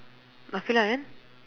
and